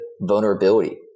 vulnerability